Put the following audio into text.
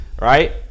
Right